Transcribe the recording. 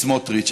סמוטריץ.